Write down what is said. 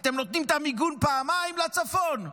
אתם נותנים את המיגון פעמיים לצפון?